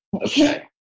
Okay